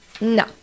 No